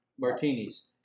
Martinis